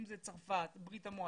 המקומות אם זאת צרפת, ברית המועצות,